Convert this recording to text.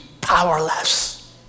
powerless